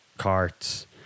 carts